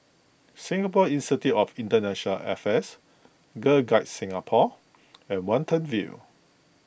Singapore Institute of International Affairs Girl Guides Singapore and Watten View